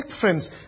friends